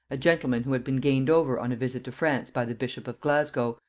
a gentleman who had been gained over on a visit to france by the bishop of glasgow,